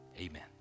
amen